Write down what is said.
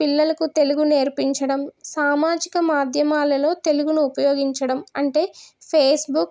పిల్లలకు తెలుగు నేర్పించడం సామాజిక మాధ్యమాలలో తెలుగును ఉపయోగించడం అంటే ఫేస్బుక్